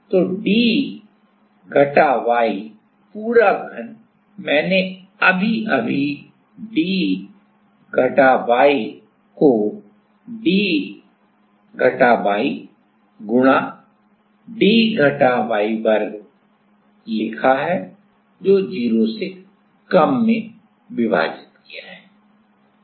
तो d घटा y पूरा घन मैंने अभी अभी d घटा y वर्ग को d घटा y घटा K 0 से कम में विभाजित किया है